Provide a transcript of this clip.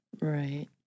Right